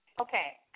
Okay